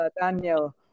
Daniel